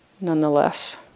nonetheless